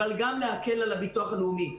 אבל גם להקל על הביטוח הלאומי.